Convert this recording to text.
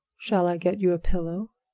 shall i get you a pillow?